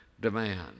demand